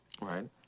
Right